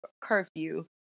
curfew